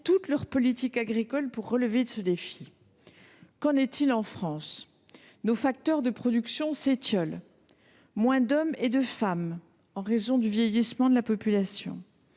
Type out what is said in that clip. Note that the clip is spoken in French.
repensé leurs politiques agricoles pour relever ce défi. Qu’en est il de la France ? Nos facteurs de production s’étiolent : moins d’hommes et de femmes, en raison du vieillissement de la population